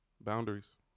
Boundaries